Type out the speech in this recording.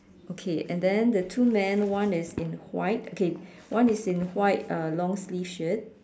okay and then the two men one is in white okay one is in white uh long sleeve shirt